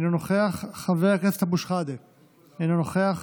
אינו נוכח,